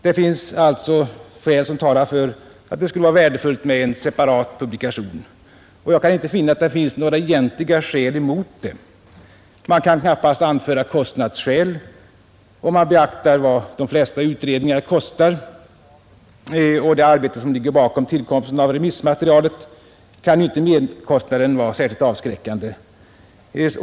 Det finns alltså skäl som talar för att det skulle vara värdefullt med en separat publikation, men jag kan däremot inte finna några egentliga skäl emot en sådan. Man kan knappast anföra kostnadsskäl. Om man beaktar vad de flesta utredningar och det arbete som ligger bakom tillkomsten av remissmaterialet kostar, kan inte merkostnaden vara särskilt avskräckande.